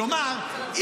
כלומר,